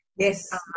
Yes